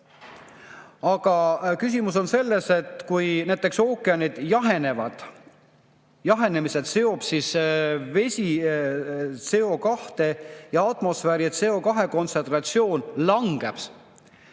Aga küsimus on selles, et kui näiteks ookeanid jahenevad, jahenemisel seob vesi CO2atmosfääri, siis CO2kontsentratsioon langeb.